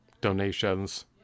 donations